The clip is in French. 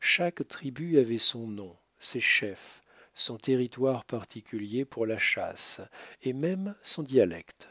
chaque tribu avait son nom ses chefs son territoire particulier pour la chasse et même son dialecte